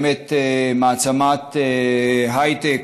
באמת מעצמת הייטק,